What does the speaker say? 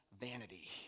vanity